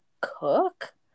cook